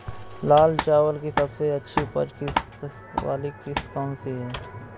लाल चावल की सबसे अच्छी उपज वाली किश्त कौन सी है?